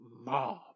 mob